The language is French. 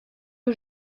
une